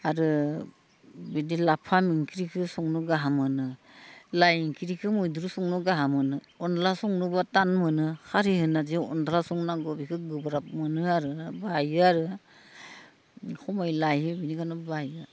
आरो बिदि लाफा ओंख्रिखौ संनो गाहाम मोनो लाइ ओंख्रिखो मैद्रु संनो गाहाम मोनो अन्द्ला संनोबो तान मोनो खारि होना जे अनद्ला संनांगौ बेखो गोब्राब मोनो आरो बायो आरो सम लायो बिनिखायनो बायो